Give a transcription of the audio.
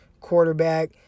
quarterback